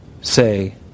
say